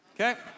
Okay